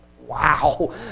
wow